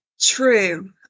True